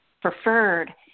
preferred